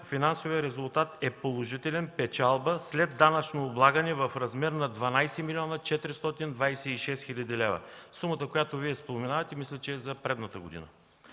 финансовият резултат е положителен, печалба след данъчно облагане в размер на 12 млн. 426 хил. лв. Сумата, която Вие споменавате, мисля, че е за предната година.